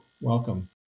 Welcome